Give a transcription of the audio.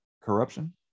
corruption